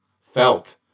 felt